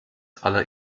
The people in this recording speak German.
aller